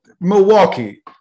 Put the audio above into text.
Milwaukee